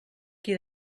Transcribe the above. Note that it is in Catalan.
qui